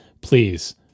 please